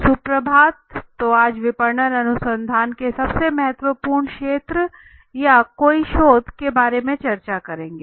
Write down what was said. सुप्रभात तो आज विपणन अनुसंधान के सबसे महत्वपूर्ण क्षेत्र या कोई शोध के बारे में चर्चा करेंगे